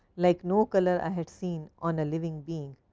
like no color i had seen on a living being.